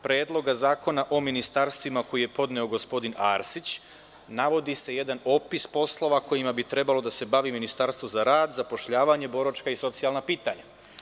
Predloga zakona o ministarstvima, koji je podneo gospodin Arsić, navodi se jedan opis poslova kojima bi trebalo da se bavi Ministarstvo za rad, zapošljavanje i boračka pitanja.